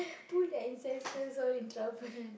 pull the ancestors all in trouble